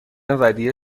ودیعه